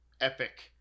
epic